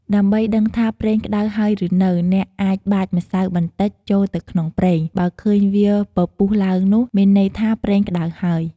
ដើម្បីដឹងថាប្រេងក្ដៅហើយឬនៅ អ្នកអាចបាចម្សៅបន្តិចចូលទៅក្នុងប្រេង បើឃើញវាពពុះឡើងនោះមានន័យថាប្រេងក្ដៅហើយ។